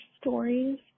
stories